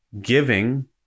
giving